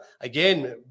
again